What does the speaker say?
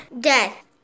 death